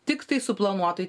tiktai suplanuotoj